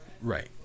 Right